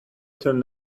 turned